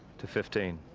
to fifteen.